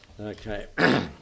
Okay